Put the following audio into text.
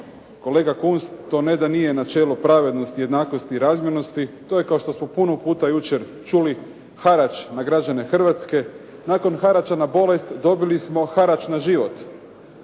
Kolega Kunst to ne da nije načelo pravednosti, jednakosti i razmjernosti, to je kao što smo puno puta jučer čuli harač na građane Hrvatske. Nakon harača na bolest dobili smo harač na život.